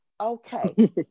Okay